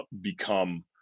become